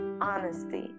Honesty